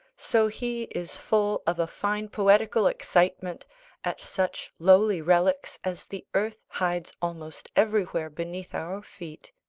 so he is full of a fine poetical excitement at such lowly relics as the earth hides almost everywhere beneath our feet.